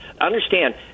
Understand